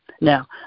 Now